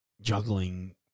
juggling